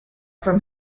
from